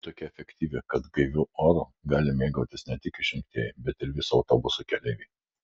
ji tokia efektyvi kad gaiviu oru gali mėgautis ne tik išrinktieji bet ir visi autobuso keleiviai